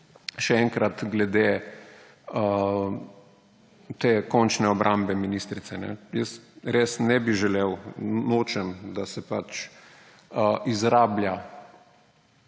še enkrat, glede te končne obrambe ministrice. Res ne bi želel, nočem, da se izrablja